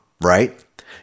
right